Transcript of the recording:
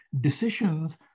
decisions